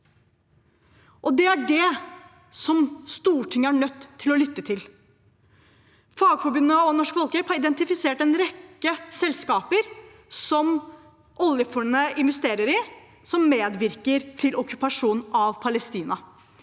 Det er det Stortinget er nødt til å lytte til. Fagforbundet og Norsk Folkehjelp har identifisert en rekke selskaper som oljefondet investerer i, som medvirker til okkupasjonen av Palestina.